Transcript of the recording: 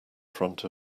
front